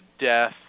death